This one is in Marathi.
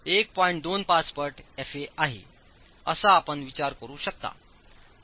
25 पटFaआहे असा आपण विचार करू शकता